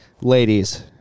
Ladies